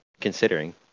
considering